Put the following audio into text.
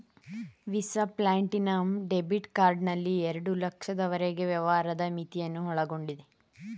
visa platinum debit card ನಲ್ಲಿ ಎರಡು ಲಕ್ಷದವರೆಗೆ ವ್ಯವಹಾರದ ಮಿತಿಯನ್ನು ಒಳಗೊಂಡಿದೆ